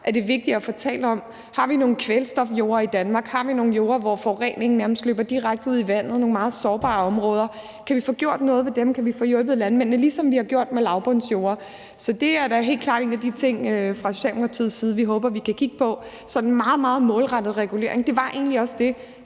det er vigtigt at få talt om, om vi har nogle kvælstofjorder, om vi har nogle jorder, hvor forureningen nærmest løber direkte ud i vandet, altså nogle meget sårbare områder, og om vi kan få gjort noget ved dem og få hjulpet landmændene, ligesom vi har gjort i forbindelse med lavbundsjorder. Det er da helt klart en af de ting, vi fra Socialdemokratiets side håber vi kan kigge på, altså at vi kan foretage en meget, meget målrettet regulering. Det var egentlig også det,